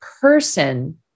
person